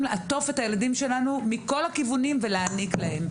לעטוף את הילדים שלנו מכל הכיוונים ולהעניק להם.